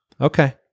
Okay